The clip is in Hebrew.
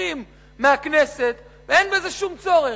עוקרים מהכנסת, ואין בזה שום צורך.